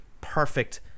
perfect